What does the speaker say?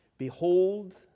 Behold